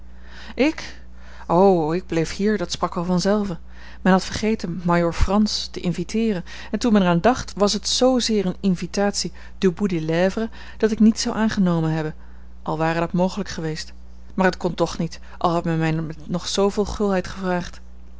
ik o ik bleef hier dat sprak wel vanzelve men had vergeten majoor frans te inviteeren en toen men er aan dacht was het zoozeer eene invitatie du bout des lèvres dat ik niet zou aangenomen hebben al ware dat mogelijk geweest maar het kon toch niet al had men mij met nog zooveel gulheid gevraagd